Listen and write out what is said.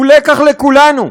הוא לקח לכולנו.